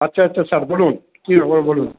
আচ্ছা আচ্ছা স্যার বলুন কি ব্যাপার বলুন